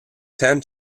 ten